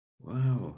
Wow